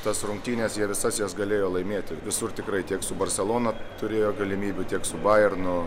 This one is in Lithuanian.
tas rungtynes jie visas jas galėjo laimėti visur tikrai tiek su barselona turėjo galimybių tiek su baironu